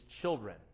children